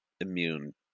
immune